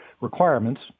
requirements